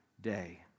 day